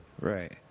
right